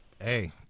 Hey